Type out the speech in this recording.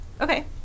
Okay